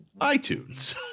iTunes